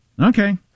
Okay